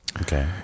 Okay